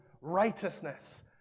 righteousness